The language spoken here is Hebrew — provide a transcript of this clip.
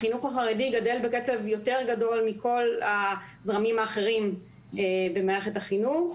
החינוך החרדי גדל בקצב יותר גדול מכל הזרמים האחרים במערכת החינוך.